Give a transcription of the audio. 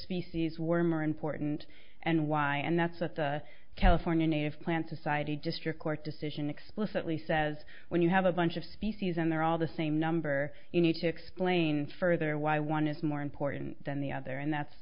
species were more important and why and that's what the california native plant society district court decision explicitly says when you have a bunch of species and they're all the same number you need to explain further why one is more important than the other and that's